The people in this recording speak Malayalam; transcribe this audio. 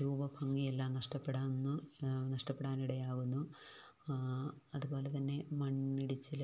രൂപഭംഗിയെല്ലാം നഷ്ടപ്പെടാന്നു നഷ്ടപ്പെടാനിടയാവുന്നു അതുപോലെത്തന്നെ മണ്ണിടിച്ചിൽ